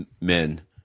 men